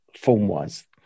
form-wise